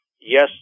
yes